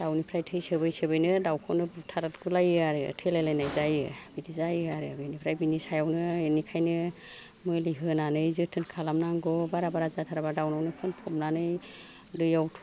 दावनिफ्राय थै सोबै सोबैनो दावखौनो बुथारगुलायो आरो थैलायलायनाय जायो बिदि जायो आरो बेनिफ्राय बिनि सायावनो इनिखायनो मुलि होनानै जोथोन खालामनांगौ बारा बारा जाथारबा दाउनावनो फुनफबनानै दैआव